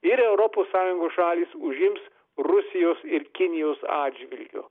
ir europos sąjungos šalys užims rusijos ir kinijos atžvilgiu